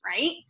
right